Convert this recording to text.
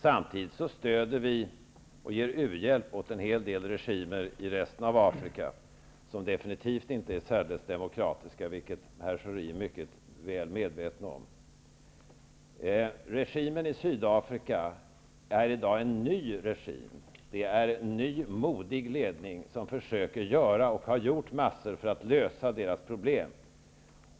Samtidigt stöder vi och ger u-hjälp åt en hel del regimer i resten av Afrika, regimer som definitivt inte är särdeles demokratiska, vilket herr Schori är mycket väl medveten om. Regimen i Sydafrika är i dag en ny regim. Det är en ny, modig ledning som försöker göra och har gjort massor för att lösa Sydafrikas problem.